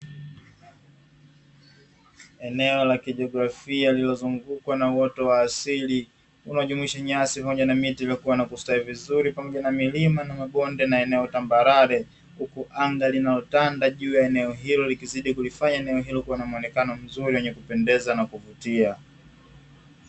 Eneo la kilimo lililozungukwa na uoto wa asili unajumuisha nyasi na miti iliyokuwa inastawi vizuri pamoja na milima na mabonde, na eneo tambarare huku anga linalotanda juu ya eneo hilo likizidi kulifanya eneo hilo la bwana kuwa na muonekano mzuri wenye kupendeza na kuvutia.